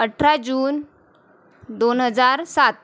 अठरा जून दोन हजार सात